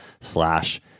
slash